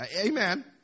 Amen